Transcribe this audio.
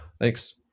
Thanks